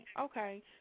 Okay